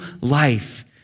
life